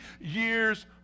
years